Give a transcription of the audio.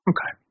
Okay